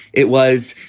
it was,